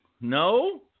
No